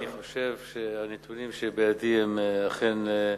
אני חושב שהנתונים שבידי הם אכן,